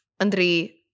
Andri